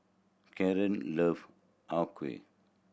Caron love Har Kow